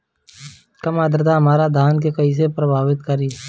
कम आद्रता हमार धान के कइसे प्रभावित करी?